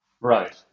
Right